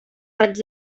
raig